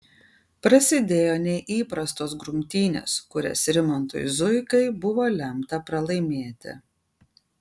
prasidėjo neįprastos grumtynės kurias rimantui zuikai buvo lemta pralaimėti